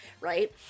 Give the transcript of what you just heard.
right